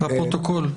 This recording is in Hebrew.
לפרוטוקול.